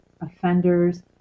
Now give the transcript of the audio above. offenders